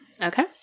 Okay